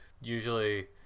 usually